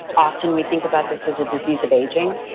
often we think about this as a disease of aging.